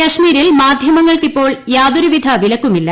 കശ്മീരിൽ മാധ്യമങ്ങൾക്കീപ്പോൾ യാതൊരുവിധ വിലക്കുമില്ല